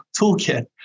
toolkit